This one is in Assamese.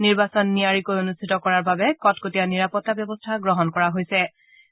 নিৰ্বাচন নিয়াৰীকৈ অনুষ্ঠিত কৰাৰ বাবে কটকটীয়া নিৰাপত্তা ব্যৱস্থা গ্ৰহণ কৰা হৈছে